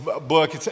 book